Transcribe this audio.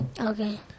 Okay